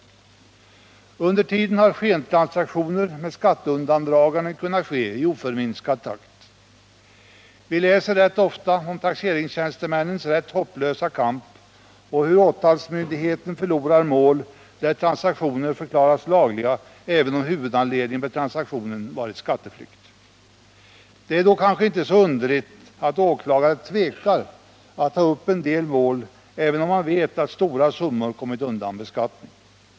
Under tiden har skentransaktioner med skatteundandraganden kunnat ske i oförminskad takt. Vi läser ganska ofta om taxeringstiänstemännens rätt hopplösa kamp och hur åtalsmyndigheten förlorar mål där transaktioner förklarats lagliga även om huvudanledningen med transaktionen varit skatteflykt. Det är då kanske inte så underligt att åklagare tvekar att ta upp en del mål även om de vet att stora summor kommit undan beskattning.